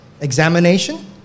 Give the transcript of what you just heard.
examination